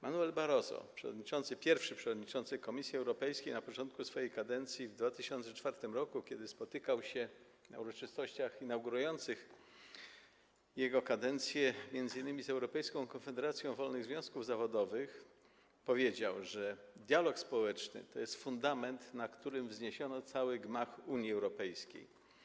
Manuel Barroso, pierwszy przewodniczący Komisji Europejskiej, na początku swojej kadencji w 2004 r., kiedy spotykał się na uroczystościach inaugurujących jego kadencję m.in. z Europejską Konfederacją Wolnych Związków Zawodowych, powiedział, że dialog społeczny to jest fundament, na którym wzniesiono cały gmach Unii Europejskiej.